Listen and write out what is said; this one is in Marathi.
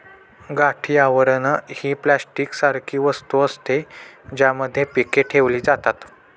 गाठी आवरण ही प्लास्टिक सारखी वस्तू असते, ज्यामध्ये पीके ठेवली जातात